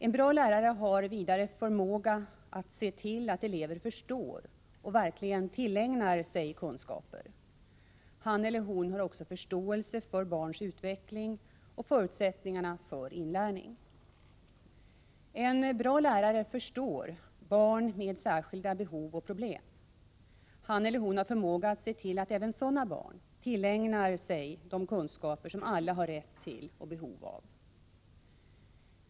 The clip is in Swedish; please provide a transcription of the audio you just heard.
En bra lärare har vidare förmåga att se till att eleverna förstår och verkligen tillägnar sig kunskaper. Han eller hon har förståelse för barns utveckling och förutsättningarna för inlärning. En bra lärare förstår barn med särskilda problem och behov. Han eller hon har förmåga att se till att även sådana barn tillägnar sig de kunskaper som alla har rätt till och behov av.